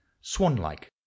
swan-like